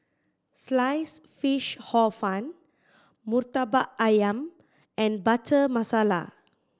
Sliced Fish Hor Fun Murtabak Ayam and Butter Masala